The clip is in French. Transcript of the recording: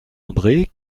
andré